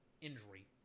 injury